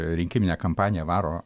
rinkiminę kampaniją varo